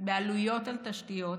בעלויות על תשתיות,